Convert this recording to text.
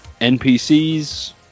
NPCs